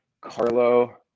carlo